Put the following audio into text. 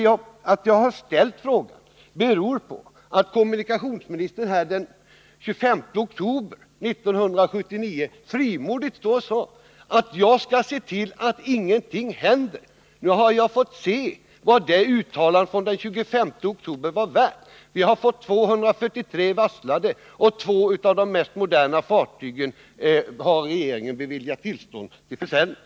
Att jag har ställt frågan beror på att kommunikationsministern den 25 oktober 1979 frimodigt sade att han skulle se till att ingenting händer. Nu har vi fått se vad uttalandet den 25 oktober var värt. 243 personer har varslats om uppsägning, och beträffande två av de modernaste fartygen har regeringen beviljat tillstånd till försäljning.